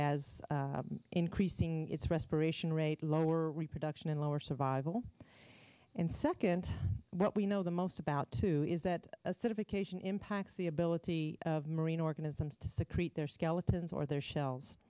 as increasing its respiration rate lower reproduction and lower survival and second what we know the most about too is that acidification impacts the ability of marine organisms to secrete their skeletons or their shelves